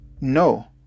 No